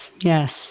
yes